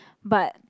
but